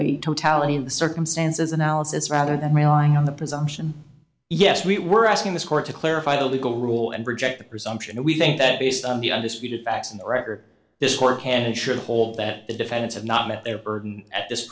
a totality of the circumstances analysis rather than relying on the presumption yes we were asking this court to clarify the legal rule and reject the presumption and we think that based on the undisputed facts in the record this court can and should hold that the defendants have not met their burden at this